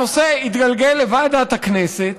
הנושא התגלגל לוועדת הכנסת,